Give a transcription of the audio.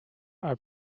are